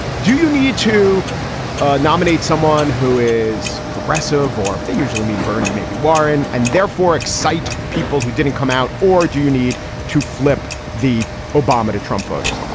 do you need to ah nominate someone who is progressive or they usually mean bernie, maybe warren and therefore excite people who didn't come out? or do you need to flip the obama to trump voters?